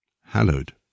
hallowed